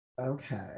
okay